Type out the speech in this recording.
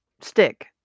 stick